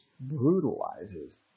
brutalizes